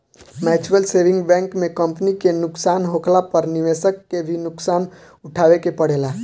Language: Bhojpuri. म्यूच्यूअल सेविंग बैंक में कंपनी के नुकसान होखला पर निवेशक के भी नुकसान उठावे के पड़ेला